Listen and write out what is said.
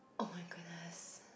oh my goodness